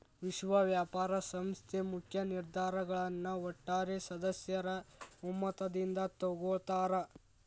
ವಿಶ್ವ ವ್ಯಾಪಾರ ಸಂಸ್ಥೆ ಮುಖ್ಯ ನಿರ್ಧಾರಗಳನ್ನ ಒಟ್ಟಾರೆ ಸದಸ್ಯರ ಒಮ್ಮತದಿಂದ ತೊಗೊಳ್ತಾರಾ